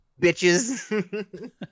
bitches